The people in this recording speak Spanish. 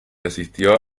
asistió